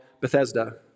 Bethesda